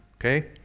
okay